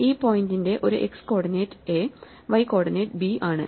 ഈ പോയിന്റെ ഒരു x coordinate A y coordinate B ആണ്